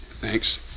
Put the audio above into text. Thanks